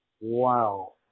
wow